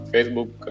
Facebook